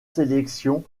sélection